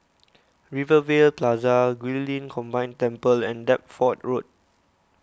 Rivervale Plaza Guilin Combined Temple and Deptford Road